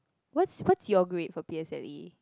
what's what's your grade for P_S_L_E